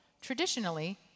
traditionally